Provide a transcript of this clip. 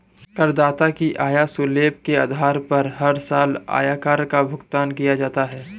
करदाता की आय स्लैब के आधार पर हर साल आयकर का भुगतान किया जाता है